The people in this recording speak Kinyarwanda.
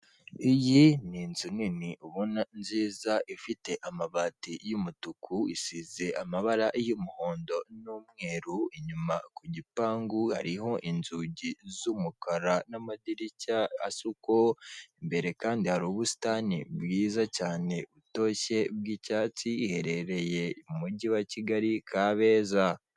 Iyi n’ inzu nini ubona nziza ifite amabati y’ umutuku isize amabara y'umuhondo, n'umweru inyuma ku gipangu hariho inzugi z'umukara n'amadirishya asuko, imbere kandi hari ubusitani bwiza cyane butoshye bw'icyatsi iherereye mu mujyi wa kigali kabeza.